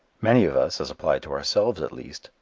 many of us, as applied to ourselves, at least,